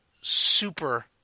super